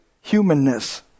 humanness